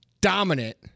dominant